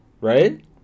Right